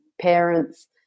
parents